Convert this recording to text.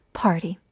party